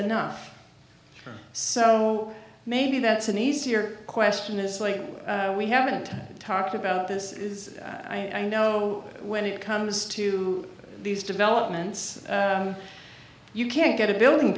enough so maybe that's an easier question a slate we haven't talked about this is i know when it comes to these developments you can't get a building